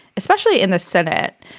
especially in the senate.